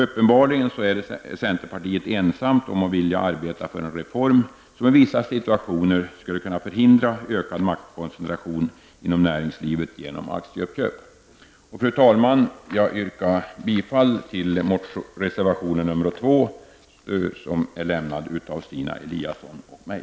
Uppenbarligen är centerpartiet ensamt om att vilja arbeta för en reform som i vissa situationer skulle kunna förhindra ökad maktkoncentration inom näringslivet genom aktieuppköp. Fru talman! Jag yrkar bifall till reservation nr 2 som lämnats av Stina Eliasson och mig.